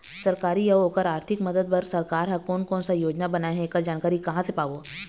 सरकारी अउ ओकर आरथिक मदद बार सरकार हा कोन कौन सा योजना बनाए हे ऐकर जानकारी कहां से पाबो?